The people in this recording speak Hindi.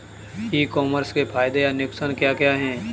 ई कॉमर्स के फायदे या नुकसान क्या क्या हैं?